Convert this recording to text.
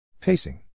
Pacing